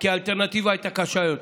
כי האלטרנטיבה הייתה קשה יותר,